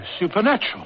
supernatural